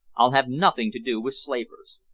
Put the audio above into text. i'll have nothing to do with slavers.